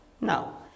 No